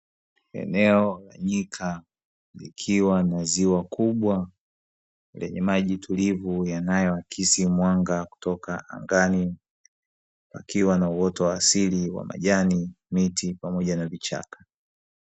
Eneo la nyika likiwa na ziwa kubwa, lenye maji tulivu yanayo akisi mwanga kutoka angani, pakiwa na uoto wa asili wa majani miti pamoja na vichaka.